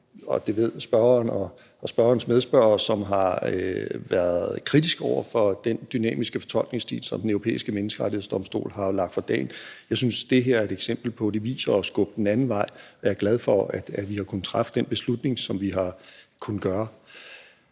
og det ved spørgeren og spørgerens medspørger – som har været kritisk over for den dynamiske fortolkningsstil, som Den Europæiske Menneskerettighedsdomstol har lagt for dagen. Jeg synes, det her er et eksempel på, hvad det viser at skubbe den anden vej, og jeg er glad for, at vi har kunnet træffe den beslutning, som vi har kunnet gøre.